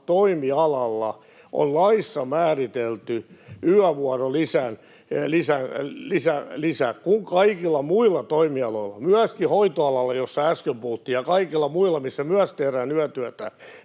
toimialalla on laissa määritelty yövuorolisä, kun kaikilla muilla toimialoilla — myöskin hoitoalalla, josta äsken puhuttiin, ja kaikilla muilla, missä myös tehdään yötyötä